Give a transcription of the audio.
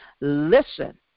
listen